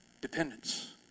Dependence